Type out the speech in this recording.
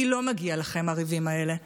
כי לא מגיעים לכם הריבים האלה,